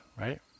right